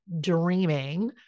dreaming